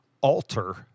alter